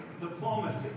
diplomacy